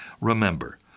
Remember